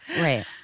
Right